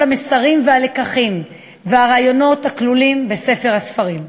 המסרים והלקחים והרעיונות הכלולים בספר הספרים.